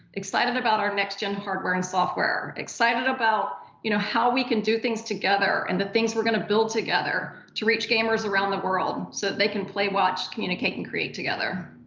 excited about our next-gen hardware and software. excited about you know how we can do things together and the things we're gonna build together to reach gamers around the world. so that they can play, watch, communicate, and play together.